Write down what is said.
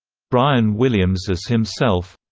brian williams as himself